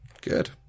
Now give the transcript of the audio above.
Good